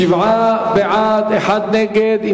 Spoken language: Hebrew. שבעה בעד, אחד נגד.